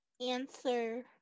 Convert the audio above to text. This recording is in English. answer